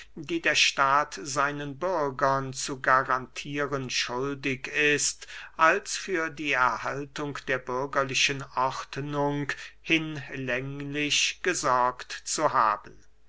die der staat seinen bürgern zu garantieren schuldig ist als für die erhaltung der bürgerlichen ordnung hinlänglich gesorgt zu haben